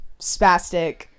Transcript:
spastic